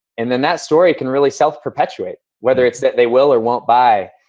and then that story can really self-perpetuate, whether it's that they will or won't buy.